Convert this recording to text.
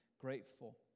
grateful